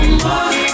more